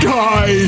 guy